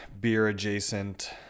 beer-adjacent